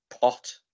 pot